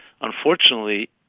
unfortunately